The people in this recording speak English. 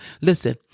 Listen